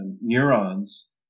neurons